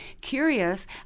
curious